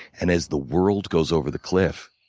and as the world goes over the cliff,